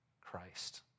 Christ